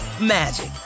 magic